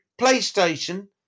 PlayStation